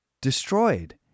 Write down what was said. destroyed